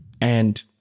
And-